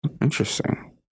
Interesting